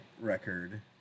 record